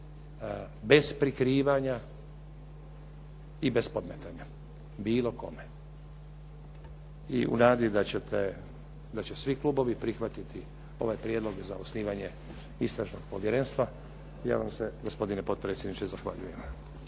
bez prikrivanja i bez podmetanja bilo kome. I u nadi da ćete, da će svi klubovi prihvatiti ovaj prijedlog za osnivanje istražnog povjerenstva ja vam se gospodine potpredsjedniče zahvaljujem.